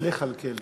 לכַלכל.